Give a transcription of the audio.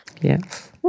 Yes